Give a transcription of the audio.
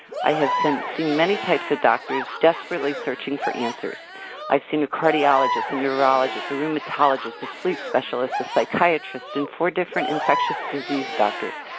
i have seen many types of doctors desperately searching for answers. i've seen a cardiologist, a neurologist, a rheumatologist, a sleep specialist, a psychiatrist, and four different infectious disease doctors.